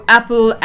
Apple